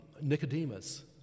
Nicodemus